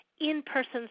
in-person